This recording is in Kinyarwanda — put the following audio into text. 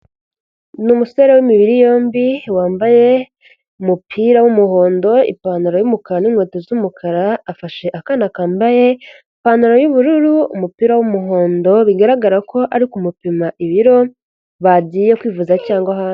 Ni umusore w'imibiri yombi wambaye umupira w'umuhondo, ipantaro y'umukara n'inkweto z'umukara, afashe akana kambaye ipantaro y'ubururu, umupira w'umuhondo, bigaragara ko ari kumupima ibiro, bagiye kwivuza cyangwa ahandi.